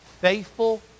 faithful